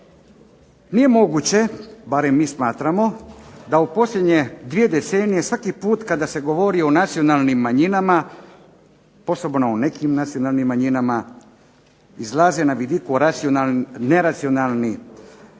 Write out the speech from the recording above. Nije moguće barem mi smatramo da u posljednje dvije decenije svaki put kada se govori o nacionalnim manjinama, posebno o nekim nacionalnim manjinama izlazi na vidiku neracionalni